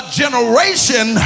generation